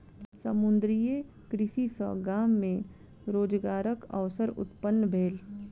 समुद्रीय कृषि सॅ गाम मे रोजगारक अवसर उत्पन्न भेल